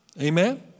Amen